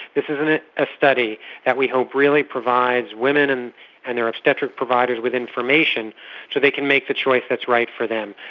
this is and a ah study that we hope really provides women and their obstetric providers with information so they can make the choice that's right for them.